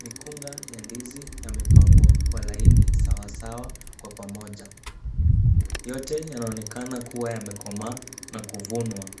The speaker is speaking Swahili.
Mikunga ya ndizi yamepangwa kwa laini sawasawa kwa pamoja. Yote yanaonekana kuwa yamekomaa na kuvunwa.